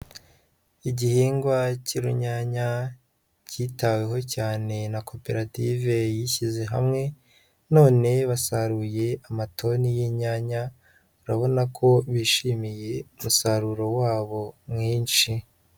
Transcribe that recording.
Igihingwa cy'urunyanya, cyitaweho cyane na koperative yishyize hamwe, none basaruye amatoni y'inyanya, urabona ko bishimiye, umusaruro wabo mwinshi.